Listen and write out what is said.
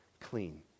clean